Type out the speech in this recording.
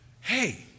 hey